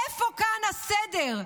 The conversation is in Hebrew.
איפה כאן הסדר?